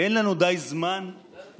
אין לנו די זמן להיערך.